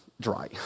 dry